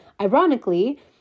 Ironically